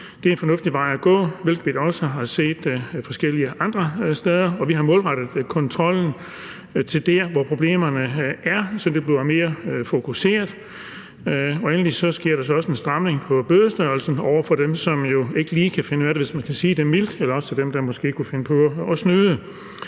Det er en fornuftig vej at gå, hvilket vi også har set forskellige andre steder. Og vi har målrettet kontrollen til der, hvor problemerne er, så det bliver mere fokuseret. Endelig sker der også en stramning i forhold til bødestørrelsen over for dem, som ikke lige kan finde ud af det,